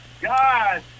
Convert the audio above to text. God